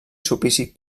sulpici